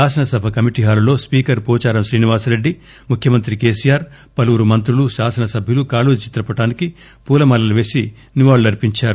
శాసనసభ కమిటీ హాలుల్లో స్పీకర్ పోచారం శ్రీనివాసరెడ్డి ముఖ్యమంత్రి కేసీఆర్ పలువురు మంత్రులు శాసన సభ్యులు కాళోజి చిత్రపటానికి పూలమాలలు వేసి నివాళులర్పించారు